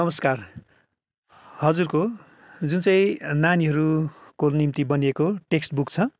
नमस्कार हजुरको जुन चाहिँ नानीहरूको निम्ति बनिएको टेक्स्ट बुक छ